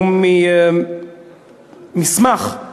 הוא ממסמך,